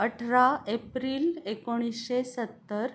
अठरा एप्रिल एकोणीसशे सत्तर